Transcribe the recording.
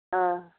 ओह